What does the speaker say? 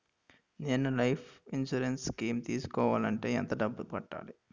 నేను life insurance scheme తీసుకోవాలంటే ఎంత డబ్బు కట్టాలి?